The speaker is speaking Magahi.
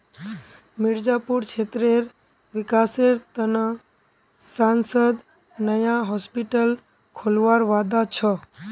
मिर्जापुर क्षेत्रेर विकासेर त न सांसद नया हॉस्पिटल खोलवार वादा छ